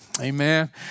Amen